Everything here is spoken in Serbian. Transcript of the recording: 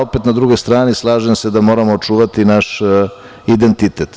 Opet na drugoj strani se slažem da moramo očuvati naš identitet.